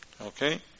Okay